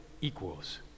equals